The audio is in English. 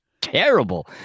terrible